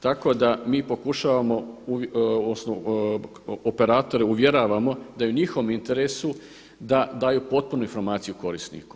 Tako da mi pokušavamo operatore uvjeravamo da je u njihovom interesu da daju potpunu informaciju korisniku.